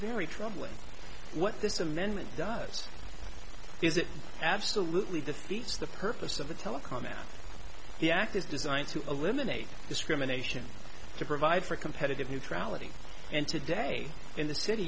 very troubling what this amendment does is it absolutely defeats the purpose of the telecom and the act is designed to eliminate discrimination to provide for competitive neutrality and today in the city